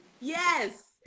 Yes